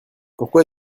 pourquoi